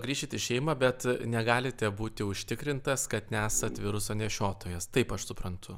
grįšit į šeimą bet negalite būti užtikrintas kad nesat viruso nešiotojas taip aš suprantu